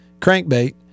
crankbait